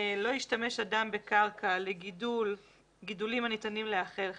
"לא ישתמש אדם בקרקע לגידולים הניתנים להיאכל חי,